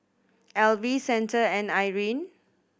Elvie Santa and Irene